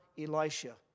Elisha